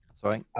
Sorry